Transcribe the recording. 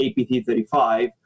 APT-35